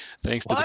Thanks